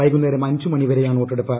വൈകുന്നേരം അഞ്ചുമണി വരെയാണ് വോട്ടെടുപ്പ്